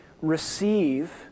receive